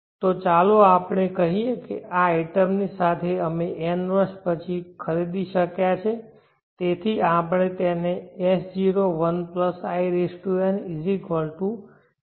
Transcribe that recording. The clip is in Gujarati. તો ચાલો આપણે કહીએ કે આ આઇટમની સાથે અમે n વર્ષ પછી ખરીદી શક્યાં છે